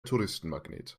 touristenmagnet